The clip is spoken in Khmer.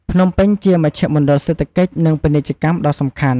ភ្នំពេញជាមជ្ឈមណ្ឌលសេដ្ឋកិច្ច និង ពាណិជ្ជកម្មដ៏សំខាន់។